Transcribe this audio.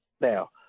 Now